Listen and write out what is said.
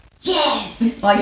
yes